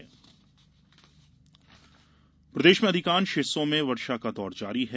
मौसम प्रदेश के अधिकांश हिस्सों में वर्षा का दौर जारी है